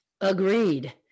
Agreed